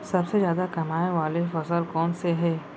सबसे जादा कमाए वाले फसल कोन से हे?